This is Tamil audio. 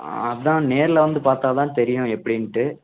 அதான் நேரில் வந்து பார்த்தாதான் தெரியும் எப்படின்ட்டு